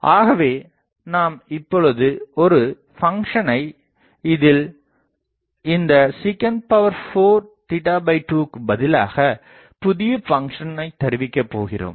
ஆகவே நாம் இப்பொழுது ஒரு பங்ஷனை இதில் இந்த sec4 2க்கு பதிலாகப் புதிய பங்ஷனை தருவிக்கப் போகிறோம்